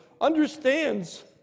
understands